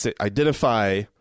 identify